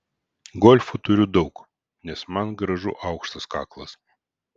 golfų turiu daug nes man gražu aukštas kaklas